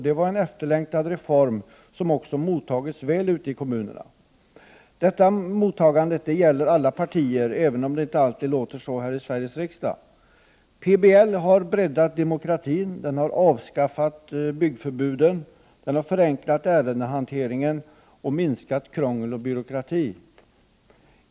Det var en efterlängtad reform, som också mottagits väl ute i kommunerna. Detta mottagande gäller alla partier, även om det inte alltid låter så här i Sveriges riksdag. PBL har breddat demokratin, avskaffat byggförbuden, förenklat ärendehanteringen samt minskat krångel och byråkrati.